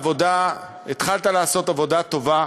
אתה התחלת לעשות עבודה טובה